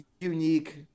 unique